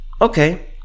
okay